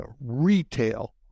retail